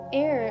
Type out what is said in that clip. Air